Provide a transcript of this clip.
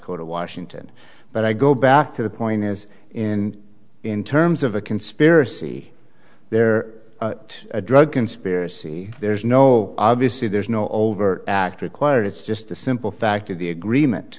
of washington but i go back to the point is in in terms of a conspiracy there is a drug conspiracy there's no obviously there's no overt act required it's just the simple fact of the agreement